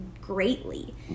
greatly